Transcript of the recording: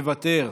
מוותר.